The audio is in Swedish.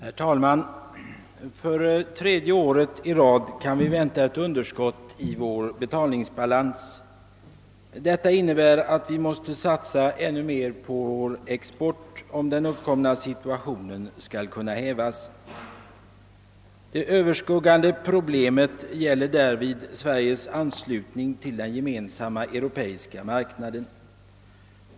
Herr talman! För tredje året i rad kan vi vänta ett underskott i vår betalningsbalans. Detta innebär att vi måste satsa ännu mer på vår export, om den uppkomna situationen skall kunna bemästras. Det överskuggande problemet är därvid Sveriges anslutning till den europeiska gemensamma marknaden.